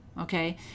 okay